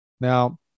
now